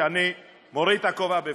שאני מוריד את הכובע לפניך.